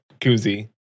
koozie